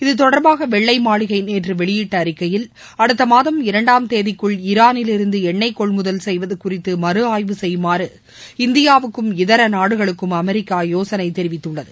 இது தொடர்பாக வெள்ளை மாளிகை நேற்று வெளியிட்ட அறிக்கையில் அடுத்த மாதம் இரண்டாம் தேதிக்குள் ஈரானிலிருந்து எண்ணொய் கொள்முதல் செய்வது குறித்து மறு ஆய்வு செய்யுமாறு இந்தியாவுக்கும் இதர நாடுகளுக்கும் அமெிக்கா யோசனை தெிவித்துள்ளது